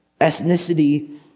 Ethnicity